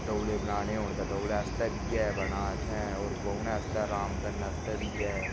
डोह्ले बनाने होन तां डोह्ले आस्तै बी ऐ बना दा इत्थै होर बौह्ने आस्तै अराम करने आस्तै बी ऐ